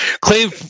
Claim